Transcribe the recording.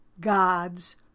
God's